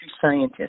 scientists